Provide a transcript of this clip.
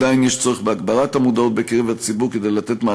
עדיין יש צורך בהגברת המודעות בקרב הציבור כדי לתת את